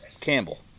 Campbell